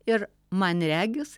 ir man regis